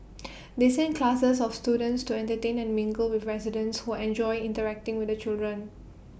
they send classes of students to entertain and mingle with residents who enjoy interacting with the children